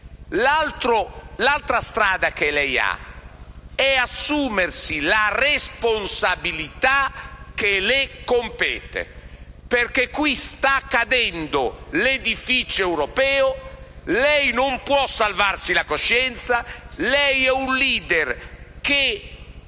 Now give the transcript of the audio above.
L'altra strada che lei ha è assumersi la responsabilità che le compete. Perché qui sta cadendo l'edifico europeo. Lei non può salvarsi la coscienza; lei è un *leader* che